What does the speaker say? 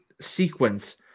sequence